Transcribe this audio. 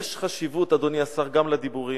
יש חשיבות, אדוני השר, גם לדיבורים,